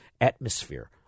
atmosphere